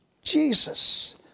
Jesus